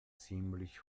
ziemlich